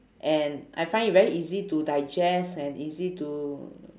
and I find it very easy to digest and easy to